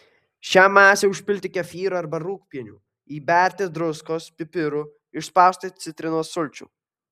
šią masę užpilti kefyru arba rūgpieniu įberti druskos pipirų išspausti citrinos sulčių